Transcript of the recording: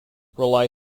rely